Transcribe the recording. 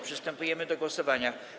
Przystępujemy do głosowania.